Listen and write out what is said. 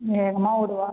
வேகமாக ஓடுவா